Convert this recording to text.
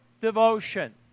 devotion